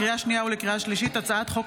לקריאה שנייה ולקריאה שלישית: הצעת חוק